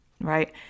right